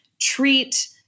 treat